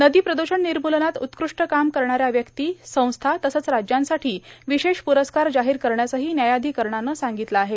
नदी प्रद्षण निर्म्लनात उत्कृष्ट काम करणाऱ्या व्यक्ती संस्था तसंच राज्यांसाठी विशेष प्रस्कार जाहीर करण्यासही न्यायाधिकरणानं सांगितलं आहे